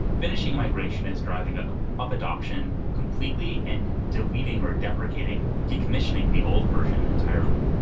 finishing migration is driving up up adaption completely and deleting or deprecating, decommissioning the old version entirely.